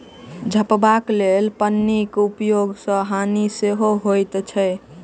झपबाक लेल पन्नीक उपयोग सॅ हानि सेहो होइत अछि